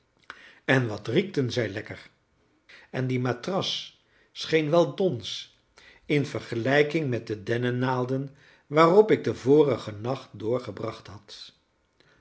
en wat riekten zij lekker en die matras scheen wel dons in vergelijking met de dennenaalden waarop ik den vorigen nacht doorgebracht had